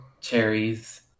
Cherries